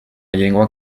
llengua